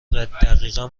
دقیقا